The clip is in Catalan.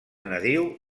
nadiu